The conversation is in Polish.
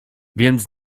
więc